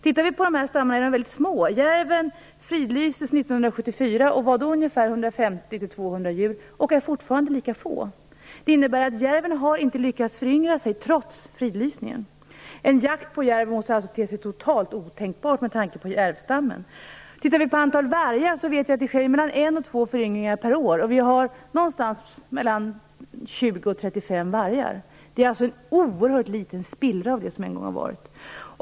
Dessa rovdjursstammar är väldigt små. Järven fridlystes 1974, och stammen bestod då av 150-200 djur. Det är fortfarande lika få djur. Det innebär att järven inte har lyckats föryngra sig trots fridlysningen. En jakt på järv måste alltså te sig totalt otänkbar med tanke på stammen. Beträffande vargen sker det mellan en och två föryngringar per år, och det finns 20-35 vargar. Det är alltså en oerhört liten spillra av det som en gång har varit.